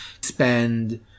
spend